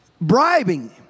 bribing